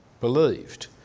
believed